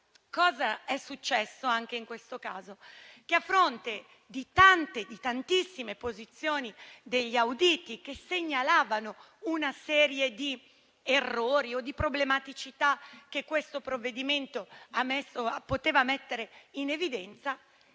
cos'è successo anche in questo caso? A fronte di tantissime posizioni degli auditi, che segnalavano una serie di errori o problematicità che questo provvedimento ha messo in evidenza,